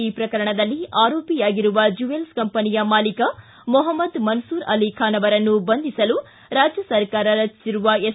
ಈ ಪ್ರಕರಣದಲ್ಲಿ ಆರೋಪಿಯಾಗಿರುವ ಜುವೆಲ್ಲ್ ಕಂಪನಿಯ ಮಾಲಿಕ್ ಮೊಹಮ್ನದ್ ಮನ್ಲೂರ್ ಅಲಿ ಖಾನ್ ಅವರನ್ನು ಬಂಧಿಸಲು ರಾಜ್ಯ ಸರ್ಕಾರ ರಚಿಸಿರುವ ಎಸ್